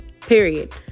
period